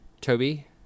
Toby